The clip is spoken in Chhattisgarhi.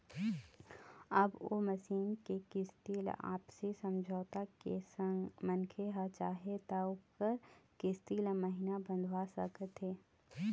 अब ओ मसीन के किस्ती ल आपसी समझौता के संग मनखे ह चाहे त ओखर किस्ती ल महिना बंधवा सकत हे